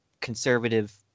conservative